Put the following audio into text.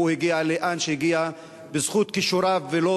הוא הגיע לאן שהגיע בזכות כישוריו ולא